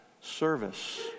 service